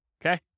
Okay